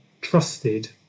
trusted